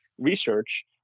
research